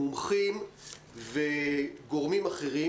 מומחים וגורמים אחרים,